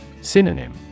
Synonym